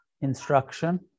instruction